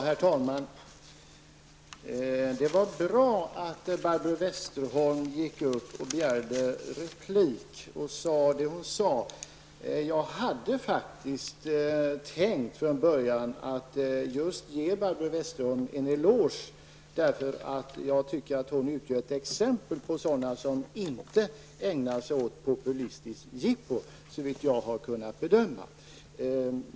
Herr talman! Det var bra att Barbro Westerholm begärde replik och sade det hon sade. Jag hade faktiskt från början tänkt att just ge Barbro Westerholm en eloge, för att jag tycker att hon utgör ett exempel på politiker som inte ägnar sig åt populistiskt jippo, såvitt jag har kunnat bedöma.